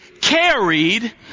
carried